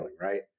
right